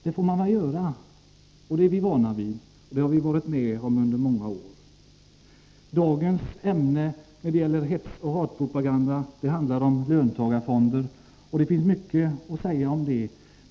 Det får man väl göra — det är vi vana vid, det har vi varit med om under många år. Dagens ämne när det gäller hetsoch hatpropagandan är löntagarfonderna, och det finns mycket att säga om detta.